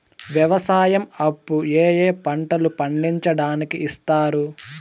వ్యవసాయం అప్పు ఏ ఏ పంటలు పండించడానికి ఇస్తారు?